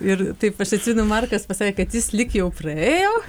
ir taip aš atsimenu markas pasakė kad jis lyg jau praėjo